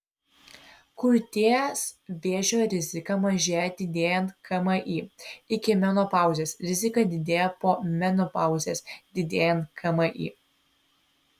krūties vėžio rizika mažėja didėjant kmi iki menopauzės rizika didėja po menopauzės didėjant kmi